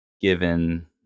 given